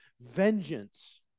vengeance